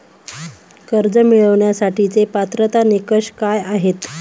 कर्ज मिळवण्यासाठीचे पात्रता निकष काय आहेत?